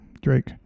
drake